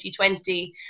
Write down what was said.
2020